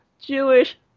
Jewish